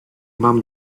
mam